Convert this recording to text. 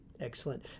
Excellent